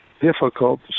difficult